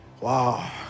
Wow